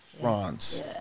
France